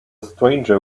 stranger